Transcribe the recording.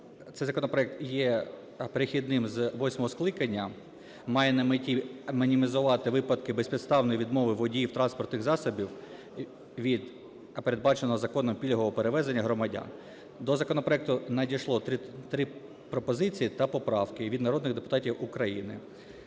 Цей законопроект є перехідним з восьмого скликання, має на меті мінімізувати випадки безпідставної відмови водіїв транспортних засобів від передбаченого законом пільгового перевезення громадян. До законопроекту надійшло три пропозиції та поправки від народних депутатів України.